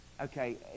Okay